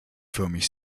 förmig